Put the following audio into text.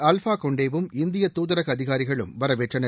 alpha Condé வும் இந்திய துதரக அதிகாரிகளும் வரவேற்றனர்